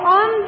on